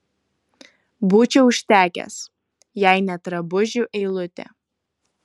būčiau užtekęs jei ne drabužių eilutė